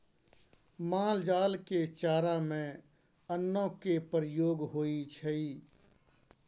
माल जाल के चारा में अन्नो के प्रयोग होइ छइ